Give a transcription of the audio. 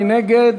מי נגד?